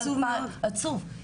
עצוב, עצוב מאוד.